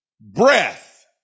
breath